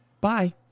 Bye